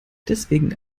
deswegen